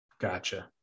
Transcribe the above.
Gotcha